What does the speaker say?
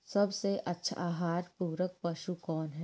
सबसे अच्छा आहार पूरक पशु कौन ह?